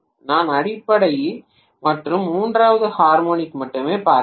நான் அடிப்படை மற்றும் மூன்றாவது ஹார்மோனிக் மட்டுமே பார்க்கிறேன்